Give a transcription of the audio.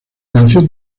canción